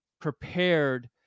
prepared